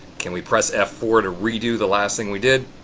can we press f four to redo the last thing we did?